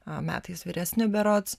metais vyresni berods